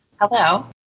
Hello